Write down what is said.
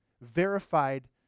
verified